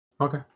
Okay